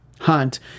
Hunt